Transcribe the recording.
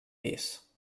pis